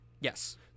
Yes